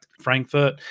Frankfurt